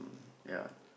ya